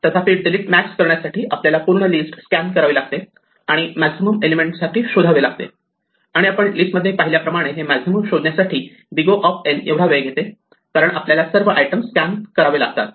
तथापि delete max करण्यासाठी आपल्याला पूर्ण लिस्ट स्कॅन करावी लागते आणि मॅक्सिमम एलिमेंट साठी शोधावे लागते आणि आपण लिस्टमध्ये पाहिल्याप्रमाणे हे मॅक्सिमम शोधण्यासाठी O एवढा वेळ घेते कारण आपल्याला सर्व आईटम स्कॅन करावे लागतात